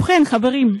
ובכן, חברים,